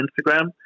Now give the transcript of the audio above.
Instagram